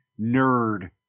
nerd